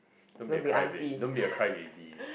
don't be a cryba~ don't be a cry baby